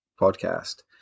podcast